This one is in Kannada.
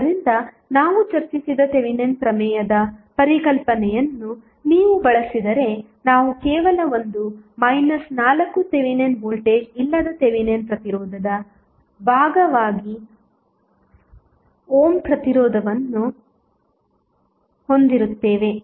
ಆದ್ದರಿಂದ ನಾವು ಚರ್ಚಿಸಿದ ಥೆವೆನಿನ್ ಪ್ರಮೇಯದ ಪರಿಕಲ್ಪನೆಯನ್ನು ನೀವು ಬಳಸಿದರೆ ನಾವು ಕೇವಲ ಒಂದು 4 ಥೆವೆನಿನ್ ವೋಲ್ಟೇಜ್ ಇಲ್ಲದ ಥೆವೆನಿನ್ ಪ್ರತಿರೋಧದ ಭಾಗವಾಗಿ ಓಮ್ ಪ್ರತಿರೋಧವನ್ನು ಹೊಂದಿರುತ್ತೇವೆ